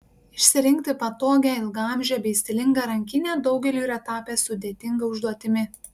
išsirinkti patogią ilgaamžę bei stilingą rankinę daugeliui yra tapę sudėtinga užduotimi